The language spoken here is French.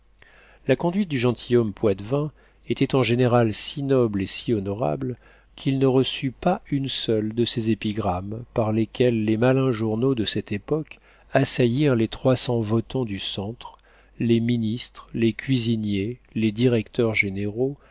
la conduite du gentilhomme poitevin était en général si noble et si honorable qu'il ne reçut pas une seule de ces épigrammes par lesquelles les malins journaux de cette époque assaillirent les trois cents votants du centre les ministres les cuisiniers les directeurs généraux